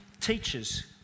Teachers